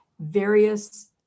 various